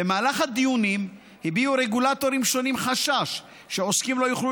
במהלך הדיונים הביעו רגולטורים שונים חשש שעוסקים לא יוכלו